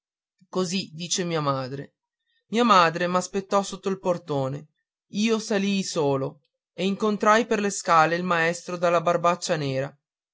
così dice mia madre mia madre m'aspettò sotto il portone io salii solo e incontrai per le scale il maestro della barbaccia nera